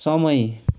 समय